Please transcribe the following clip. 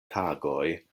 tagoj